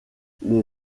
les